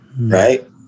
right